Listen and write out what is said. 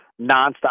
nonstop